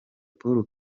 paul